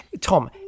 Tom